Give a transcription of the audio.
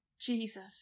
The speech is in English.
Jesus